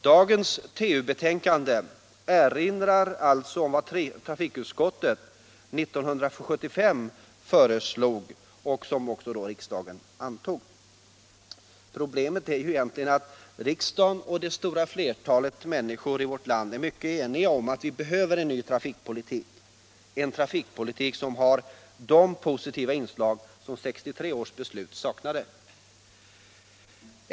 Dagens TU-betänkande erinrar om vad trafikutskottet föreslog och riksdagen antog år 1975. Därtill kommer att riksdagen och det stora flertalet människor i vårt land i dag är mycket eniga om att vi behöver en ny trafikpolitik, en trafikpolitk som har de positiva inslag som 1963 års beslut saknade.